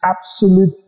Absolute